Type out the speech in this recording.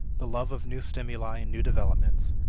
the love of new stimuli and new developments,